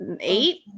eight